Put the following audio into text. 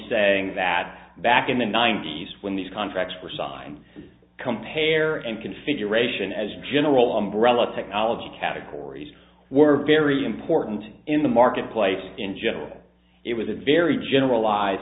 saying that back in the ninety's when these contracts were signed compare and configuration as general umbrella technology categories were very important in the marketplace in general it was a very generalized